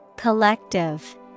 Collective